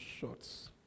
shots